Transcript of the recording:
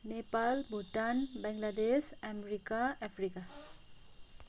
Nepal Bhutan Bangladesh America Africa